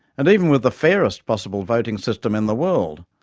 and even with the fairest possible voting system in the world,